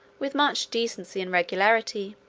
with much decency and regularity.